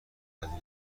بدی